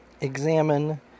examine